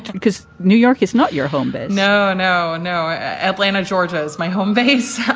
because new york is not your home. but no, no, no. atlanta, georgia is my home base.